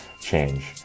change